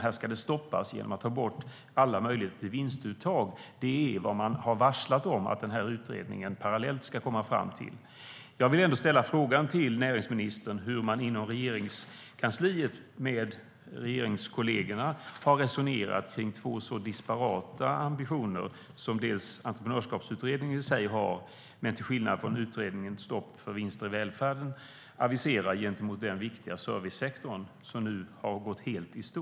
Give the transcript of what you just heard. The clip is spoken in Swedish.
Här ska det stoppas genom att ta bort alla möjligheter till vinstuttag. Det är vad man har varslat om att utredningen parallellt ska komma fram till. Jag vill ställa frågan till näringsministern om hur man inom Regeringskansliet med regeringskollegerna har resonerat om två så disparata ambitioner. Det gäller dels de ambitioner som Entreprenörskapsutredningen i sig har, dels det som utredningen om stopp för vinster i välfärden aviserar gentemot den viktiga servicesektor som nu har gått helt i stå.